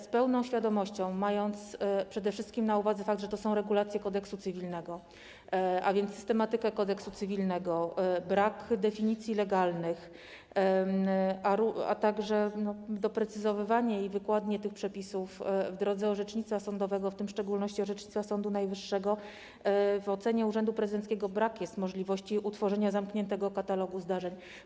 Z pełną świadomością, mając przede wszystkim na uwadze fakt, że są to regulacje Kodeksu cywilnego, a więc systematykę Kodeksu cywilnego, brak definicji legalnych, a także doprecyzowywanie i wykładnie tych przepisów w drodze orzecznictwa sądowego, w tym w szczególności orzecznictwa Sądu Najwyższego, w ocenie urzędu prezydenckiego brak jest możliwości utworzenia zamkniętego katalogu zdarzeń.